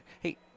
Hey